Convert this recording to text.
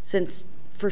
since for